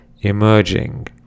emerging